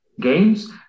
games